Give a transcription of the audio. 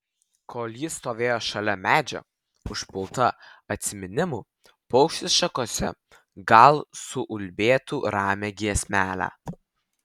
kol ji stovėtų šalia medžio užpulta atsiminimų paukštis šakose gal suulbėtų ramią giesmelę